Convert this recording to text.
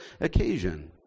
occasion